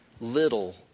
little